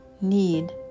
need